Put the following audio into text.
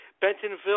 Bentonville